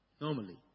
normally